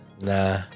Nah